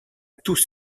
tous